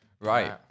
Right